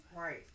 right